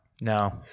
No